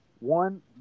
One